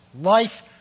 life